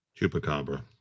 Chupacabra